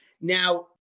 Now